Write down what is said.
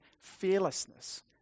fearlessness